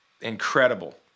incredible